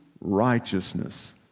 righteousness